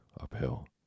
uphill